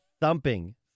thumping